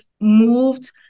moved